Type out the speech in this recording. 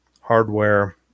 hardware